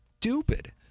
stupid